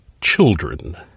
children